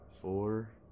Four